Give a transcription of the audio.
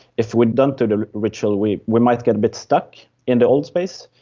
if we don't do the ritual we we might get a bit stuck in the old space.